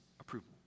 approval